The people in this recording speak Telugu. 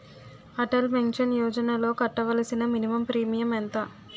అటల్ పెన్షన్ యోజనలో కట్టవలసిన మినిమం ప్రీమియం ఎంత?